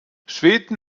schweden